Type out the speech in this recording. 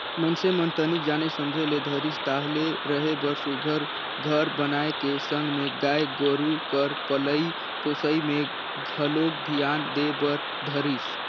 मइनसे मन तनिक जाने समझे ल धरिस ताहले रहें बर सुग्घर घर बनाए के संग में गाय गोरु कर पलई पोसई में घलोक धियान दे बर धरिस